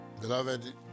Beloved